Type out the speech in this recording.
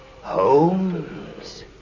Holmes